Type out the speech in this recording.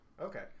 Okay